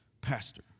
Pastor